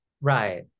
Right